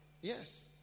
Yes